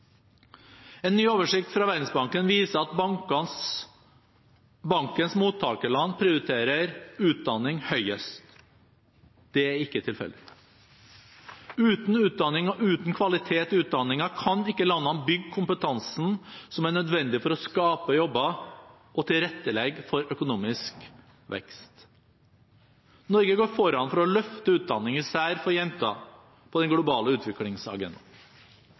En ny oversikt fra Verdensbanken viser at bankens mottakerland prioriterer utdanning høyest. Det er ikke tilfeldig. Uten utdanning og uten kvalitet i utdanningen kan ikke landene bygge kompetansen som er nødvendig for å skape jobber og tilrettelegge for økonomisk vekst. Norge går foran for å løfte utdanning – især for jenter – på den globale utviklingsagendaen.